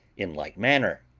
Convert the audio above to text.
in like manner.